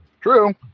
True